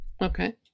Okay